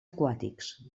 aquàtics